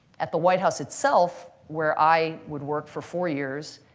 at the white house itself, where i would work for four years,